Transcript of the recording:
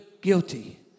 guilty